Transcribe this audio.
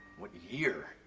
what year?